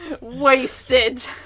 Wasted